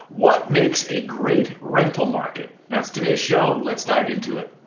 what makes a great rental market? that's today's show. let's dive into it.